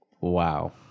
Wow